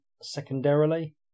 secondarily